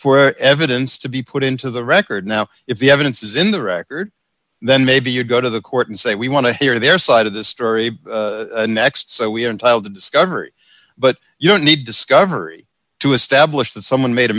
for evidence to be put into the record now if the evidence is in the record then maybe you go to the court and say we want to hear their side of the story next so we are entitled to discovery but you don't need discovery to establish that someone made a